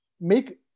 make